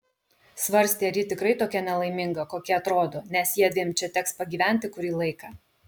svarstė ar ji tikrai tokia nelaiminga kokia atrodo nes jiedviem čia teks pagyventi kurį laiką